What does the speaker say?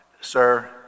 Sir